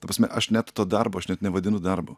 ta prasme aš net to darbo aš net nevadinu darbu